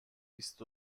بیست